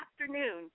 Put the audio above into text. afternoon